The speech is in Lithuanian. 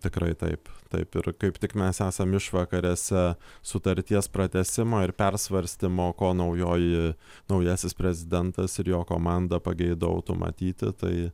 tikrai taip taip ir kaip tik mes esam išvakarėse sutarties pratęsimo ir persvarstymo ko naujoji naujasis prezidentas ir jo komanda pageidautų matyti tai